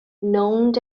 known